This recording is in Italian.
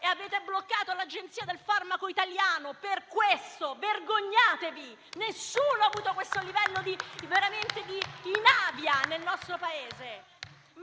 E avete bloccato l'Agenzia del farmaco italiano per questo. Vergognatevi! Nessuno ha avuto questo livello di ignavia nel nostro Paese.